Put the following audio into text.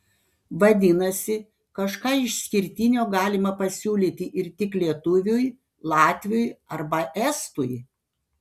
vadinasi kažką išskirtinio galima pasiūlyti ir tik lietuviui latviui arba estui